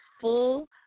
full